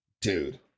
Dude